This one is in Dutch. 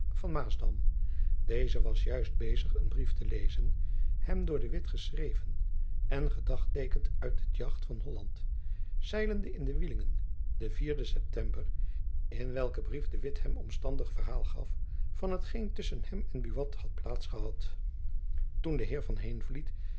van maasdam deze was juist bezig een brief te lezen hem door de witt geschreven en gedagteekend uit het jacht van holland zeilende in de wielingen den eptember in welken brief de witt hem een omstandig verhaal gaf van hetgeen tusschen hem en jacob van lennep elizabeth musch buat had plaats gehad toen de heer van heenvliet